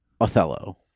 Othello